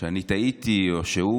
שאני טעיתי או שהוא